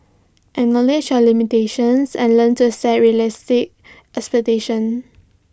acknowledge your limitations and learn to set realistic expectations